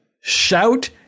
shout